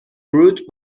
فروت